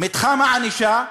מתחם הענישה,